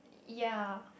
ya